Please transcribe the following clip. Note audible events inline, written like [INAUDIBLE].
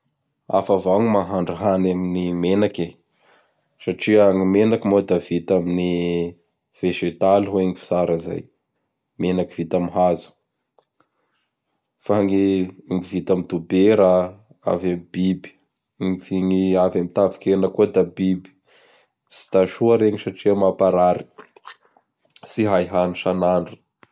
[NOISE] Hafa avao gny mahandro hany amin'gny menaky satria ny menaky moa da vita amin'ny végétal hoy gny fitsara izay. Menaky vita amin'ny hazo, [NOISE] fa gny vita amin'y dobera avy amin'ny biby. Gny ny avy amin'ny tavikena koa da biby. [NOISE] Tsy da soa iregny satria mamparary, [NOISE] tsy hay hany isan'andro. [NOISE]